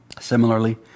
Similarly